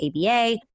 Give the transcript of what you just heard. ABA